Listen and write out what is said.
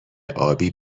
ابی